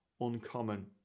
uncommon